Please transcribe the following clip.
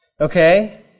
okay